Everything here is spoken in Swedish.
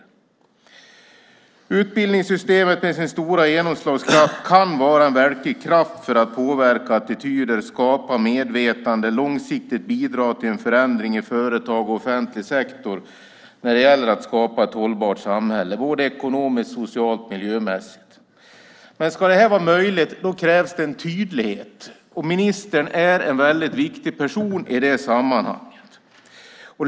Utbildningssystemet med sin stora genomslagskraft kan vara en verklig kraft för att påverka attityder, skapa medvetande, långsiktigt bidra till en förändring i företag och offentlig sektor när det gäller att skapa ett hållbart samhälle både ekonomiskt, socialt och miljömässigt. Om det ska vara möjligt krävs det en tydlighet. Ministern är en viktig person i det sammanhanget.